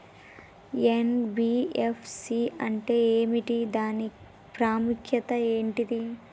NBFC అంటే ఏమిటి దాని ప్రాముఖ్యత ఏంటిది?